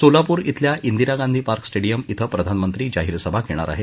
सोलापूर ी केल्या दिरा गांधी पार्क स्टेडियम क्रि प्रधानमंत्री जाहीर सभा घेणार आहेत